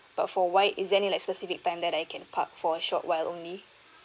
but for white is there any like specific time that I can park for a short while only